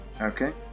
Okay